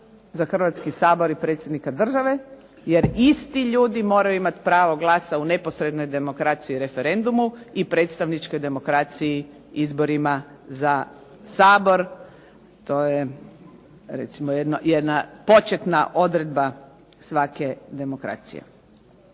za Hrvatski sabor i predsjednika države jer isti ljudi moraju imati pravo glasa u neposrednoj demokraciji i referendumu i predstavničkoj demokraciji izborima za Sabor, to je recimo jedna početna odredba svake demokracije.